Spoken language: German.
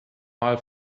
mal